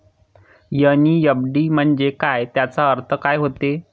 NEFT म्हंजे काय, त्याचा अर्थ काय होते?